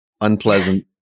unpleasant